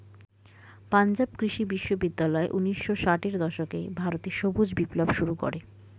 পাঞ্জাব কৃষি বিশ্ববিদ্যালয় ঊন্নিশো ষাটের দশকে ভারতে সবুজ বিপ্লব শুরু করে